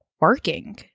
working